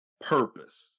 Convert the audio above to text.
purpose